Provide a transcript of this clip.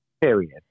Period